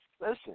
Listen